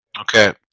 Okay